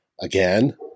Again